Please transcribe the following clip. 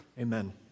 Amen